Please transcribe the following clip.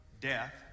death